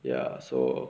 ya so